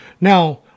Now